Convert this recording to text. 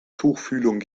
tuchfühlung